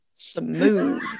Smooth